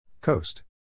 Coast